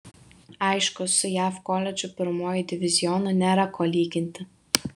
aišku su jav koledžų pirmuoju divizionu nėra ko lyginti